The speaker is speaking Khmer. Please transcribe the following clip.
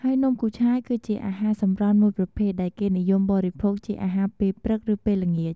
ហើយនំគូឆាយ គឺជាអាហារសម្រន់មួយប្រភេទដែលគេនិយមបរិភោគជាអាហារពេលព្រឹក ឬពេលល្ងាច។